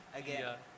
again